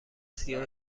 سیاه